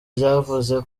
vyavuze